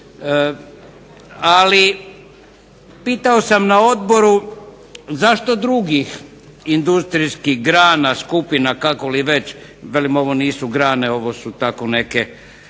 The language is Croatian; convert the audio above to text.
Ali pitao sam na Odboru zašto drugih industrijskih grana, skupina ili kako već, velim ovo nisu grane ovo su tako neke